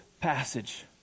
passage